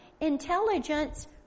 intelligence